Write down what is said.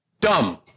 dumb